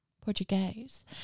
Portuguese